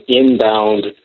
inbound